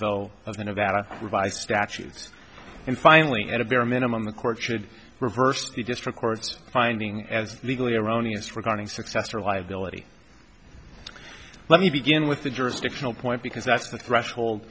the nevada revised statutes and finally at a bare minimum the court should reverse the just records finding as legally erroneous regarding success or liability let me begin with the jurisdictional point because that's the threshold